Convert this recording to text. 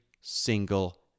single